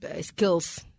skills